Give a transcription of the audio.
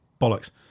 bollocks